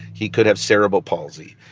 he could have cerebral palsy.